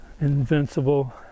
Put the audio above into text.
Invincible